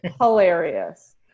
hilarious